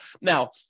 Now